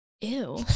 Ew